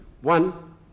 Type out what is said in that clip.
one